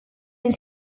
hain